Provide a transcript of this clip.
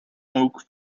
oak